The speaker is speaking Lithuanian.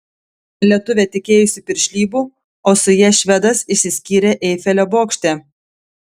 lietuvė tikėjosi piršlybų o su ja švedas išsiskyrė eifelio bokšte